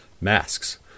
masks